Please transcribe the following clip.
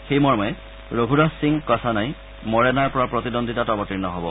সেইমৰ্মে ৰঘুৰাজসিং কাছানাই মৰেনাৰ পৰা প্ৰতিদ্বন্দ্বিতাত অৱতীৰ্ণ হ'ব